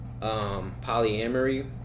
polyamory